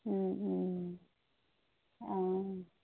অঁ